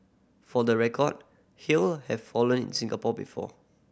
for the record hail have fallen in Singapore before